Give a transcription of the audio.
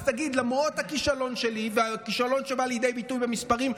אז תגיד: למרות הכישלון שלי והכישלון שבא לידי ביטוי במספרים,